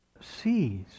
sees